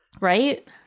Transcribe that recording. right